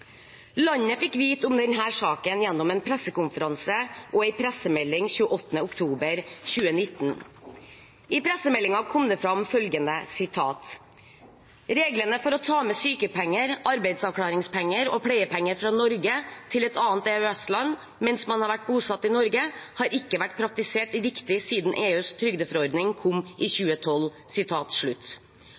Landet fikk vite om denne saken gjennom en pressekonferanse og en pressemelding 28. oktober 2019. I pressemeldingen kom det fram følgende: «Reglene for å ta med sykepenger, arbeidsavklaringspenger og pleiepenger fra Norge til et annet EØS-land mens man har vært bosatt i Norge, har ikke vært praktisert riktig siden EUs trygdeforordning kom i 2012.»